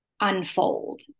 unfold